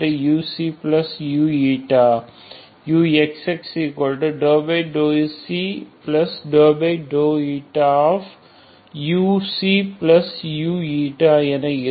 uxxuu என இருக்கும்